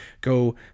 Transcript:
go